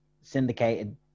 syndicated